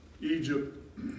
Egypt